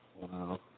Wow